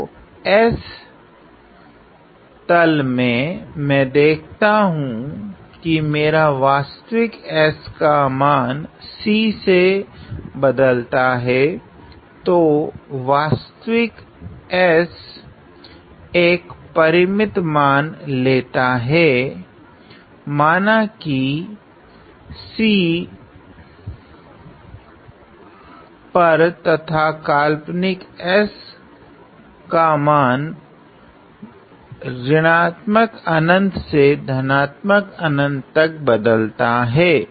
तो s तल मे मैं देखता हु की मेरा वास्तविक s का मान C से बदलता हैं तो वास्तविक s अक परिमित मान लेता हैं माना की C पर तथा काल्पनिक s का मान से तक बदलता हैं